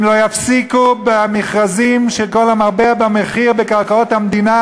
אם לא יפסיקו במכרזים של כל המרבה במחיר בקרקעות המדינה,